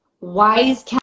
wise